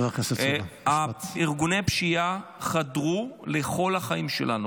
ארגוני הפשיעה חדרו לכל החיים שלנו,